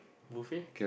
buffet